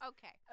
Okay